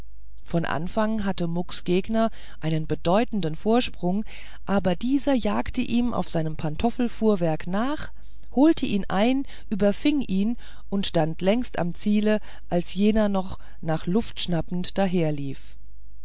von anfang hatte mucks gegner einen bedeutenden vorsprung aber dieser jagte ihm auf seinem pantoffelfuhrwerk nach holte ihn ein überfing ihn und stand längst am ziele als jener noch nach luft schnappend daherlief